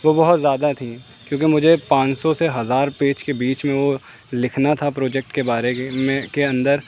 وہ بہت زیادہ تھیں کیونکہ مجھے پانچ سو سے ہزار پیج کے بیچ میں وہ لکھنا تھا پروجکٹ کے بارے میں کے اندر